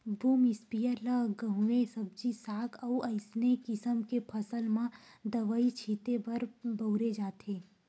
boom sprayer ल गहूँए सब्जी साग अउ असइने किसम के फसल म दवई छिते बर बउरे जाथे